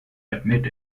admit